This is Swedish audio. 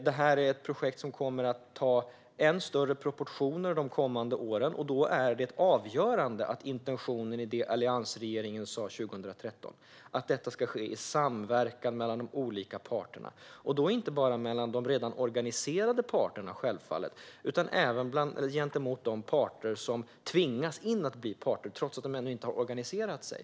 Detta är ett projekt som kommer att ta än större proportioner de kommande åren, och då är intentionen i det som alliansregeringen sa 2013 avgörande - detta ska ske i samverkan mellan de olika parterna. Det gäller självfallet inte bara samverkan mellan de redan organiserade parterna utan även gentemot dem som tvingas in i att bli parter, trots att de ännu inte har organiserat sig.